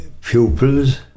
pupils